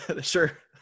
sure